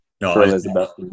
No